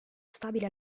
stabile